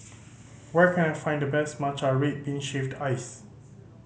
where can I find the best matcha red bean shaved ice